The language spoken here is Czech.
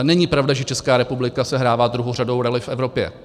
Není pravda, že Česká republika sehrává druhořadou roli v Evropě.